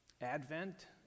Advent